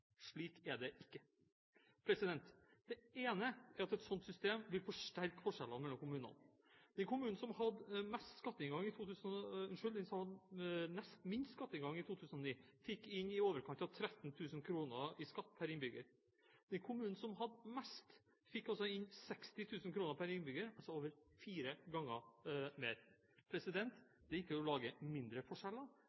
Slik er det ikke. Det ene er at et sånt system vil forsterke forskjellene mellom kommunene. Den kommunen som hadde nest minst skatteinngang i 2009, fikk inn i overkant av 13 000 kr i skatt pr. innbygger. Den kommunen som hadde mest, fikk inn 60 000 kr pr. innbygger – altså over fire ganger mer.